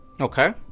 Okay